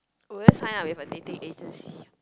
oh will I sign up with a dating agency